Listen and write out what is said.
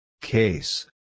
Case